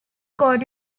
court